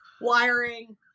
wiring